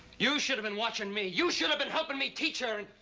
you should have been watching me! you should have been helping me teach her. and